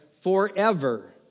forever